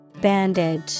Bandage